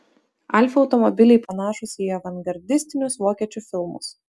alfa automobiliai panašūs į avangardistinius vokiečių filmus